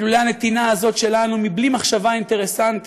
כי לולא הנתינה הזאת שלנו בלי מחשבה אינטרסנטית,